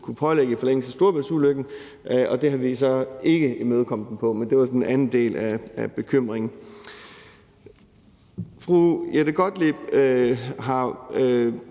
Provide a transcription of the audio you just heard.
kunne pålægge i forlængelse af Storebæltsulykken, og det har vi så ikke imødekommet dem på, men det var jo sådan en anden del af bekymringen.